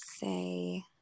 say